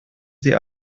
sie